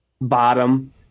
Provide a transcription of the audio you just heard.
bottom